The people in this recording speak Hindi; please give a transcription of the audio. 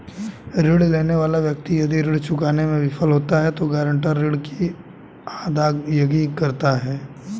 ऋण लेने वाला व्यक्ति यदि ऋण चुकाने में विफल होता है तो गारंटर ऋण की अदायगी करता है